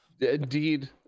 Indeed